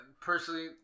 personally